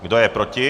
Kdo je proti?